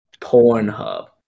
Pornhub